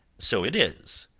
so it is.